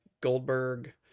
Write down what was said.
Goldberg